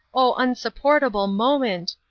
oh, unsupportable moment!